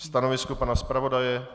Stanovisko pana zpravodaje?